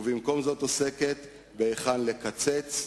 ובמקום זה עוסקת בהיכן לקצץ,